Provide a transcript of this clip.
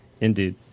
Indeed